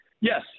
Yes